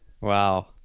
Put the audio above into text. Wow